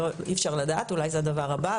אי אפשר לדעת אולי זה הדבר הבא,